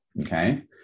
Okay